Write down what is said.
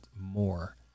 more